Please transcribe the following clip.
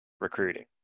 recruiting